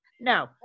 No